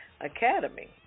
Academy